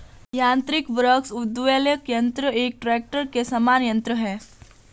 यान्त्रिक वृक्ष उद्वेलक यन्त्र एक ट्रेक्टर के समान यन्त्र है